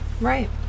right